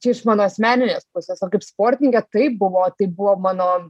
čia iš mano asmeninės pusės o kaip sportininkė tai buvo tai buvo mano